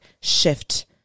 shift